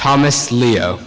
thomas leo